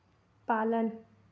पालन